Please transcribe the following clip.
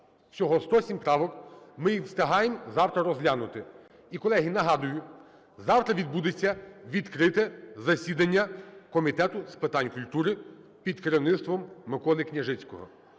всього 107 правок, ми їх встигаємо завтра розглянути. І, колеги, нагадую, завтра відбудеться відкрите засідання Комітету з питань культури під керівництвом Миколи Княжицького.